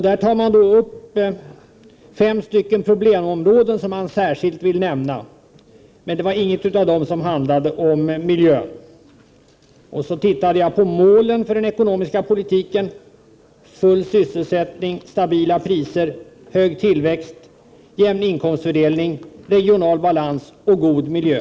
Där nämns särskilt fem problemområden, men inget av dem handlar om miljön. Så tittade jag på målen för den ekonomiska politiken: full sysselsättning, stabila priser, hög tillväxt, jämn inkomstfördelning, regional balans och god miljö.